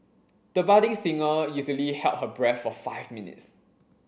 the budding singer easily held her breath for five minutes